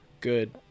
good